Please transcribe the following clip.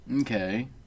Okay